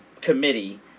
committee